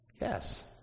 Yes